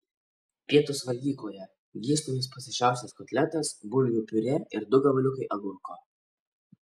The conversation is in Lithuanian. pietūs valgykloje gyslomis pasišiaušęs kotletas bulvių piurė ir du gabaliukai agurko